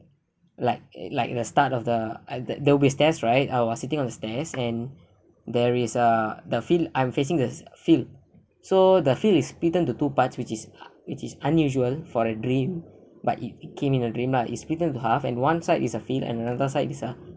like like the start of the uh there will be stair right I was sitting on the stairs and there is a the field I'm facing the field so the field splitted to two parts which is which is unusual for a dream but it came in a dreamer lah is splitted into half and one side is a field and another side is a